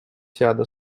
seada